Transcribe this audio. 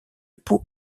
pau